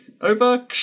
over